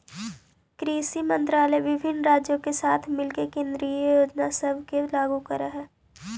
कृषि मंत्रालय विभिन्न राज्यों के साथ मिलके केंद्रीय योजना सब के लागू कर हई